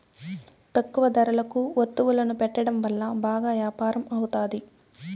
తక్కువ ధరలకు వత్తువులను పెట్టడం వల్ల బాగా యాపారం అవుతాది